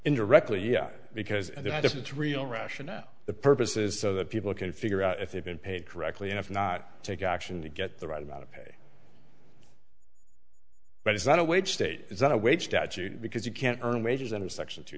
indirectly yeah because this is real rational the purposes so that people can figure out if they've been paid correctly and if not take action to get the right amount of pay but it's not a wage state it's not a wage statute because you can't earn wages under section two